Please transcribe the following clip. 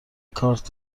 کارت